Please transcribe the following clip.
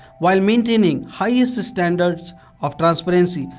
while maintaining highest standards of transparency,